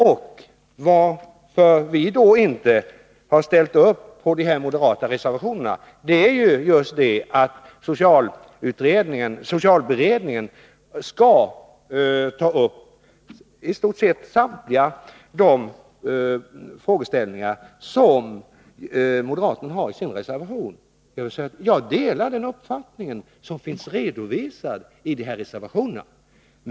Anledningen till att vi inte har ställt oss bakom de moderata reservationerna är just den, att socialberedningen skall behandla i stort sett samtliga de frågeställningar som moderaterna tar upp i sin reservation. Jag delar den uppfattning som redovisas i dessa reservationer.